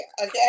okay